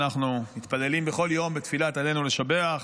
אנחנו מתפללים בכל יום בתפילת עלינו לשבח.